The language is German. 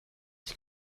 ich